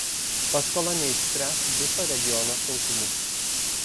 paskola neišspręs viso regiono sunkumų